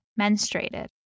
menstruated